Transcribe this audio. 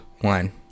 One